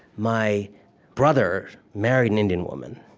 my brother married an indian woman.